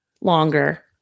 longer